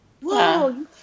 Whoa